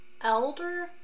Elder